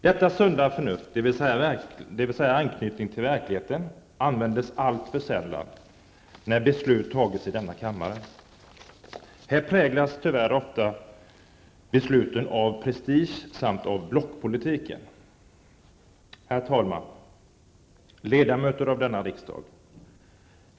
Detta sunda förnuft, dvs. anknytning till verkligheten, används alltför sällan när beslut fattas i denna kammare. Här präglas tyvärr ofta besluten av prestige samt av blockpolitiken. Herr talman! Ledamöter av denna riksdag!